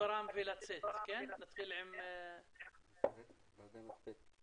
לא הבנתי אם זה סוג של חובה